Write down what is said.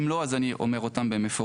אם לא אז אני אומר אותם במפורש.